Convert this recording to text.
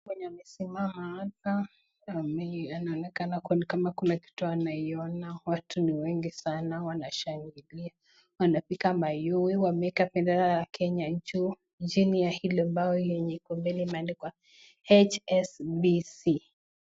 Wenye wamesimama hapa wanaonekana kuna kitu wanaiona, watu ni wengi sana wanashangilia wanapo wanapika mayowe wamewekaa bendera ya Kenya juu chini ya hilo bao yenye iko mbale imeandikwa HSPC